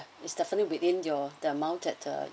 it's definitely within your the amount that uh